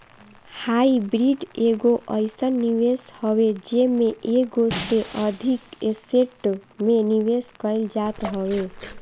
hybrid एगो अइसन निवेश हवे जेमे एगो से अधिक एसेट में निवेश कईल जात हवे